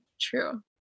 True